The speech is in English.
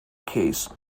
case